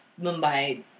Mumbai